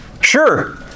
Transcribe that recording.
Sure